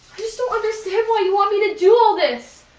just don't understand why you want me to do all this,